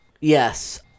Yes